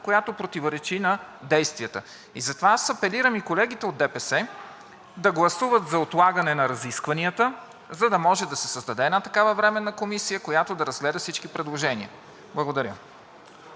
която противоречи на действията. Затова аз апелирам и колегите от ДПС да гласуват за отлагане на разискванията, за да може да се създаде една такава временна комисия, която да разгледа всички предложения. Благодаря.